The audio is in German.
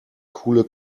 coole